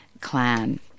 clan